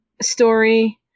story